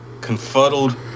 confuddled